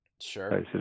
Sure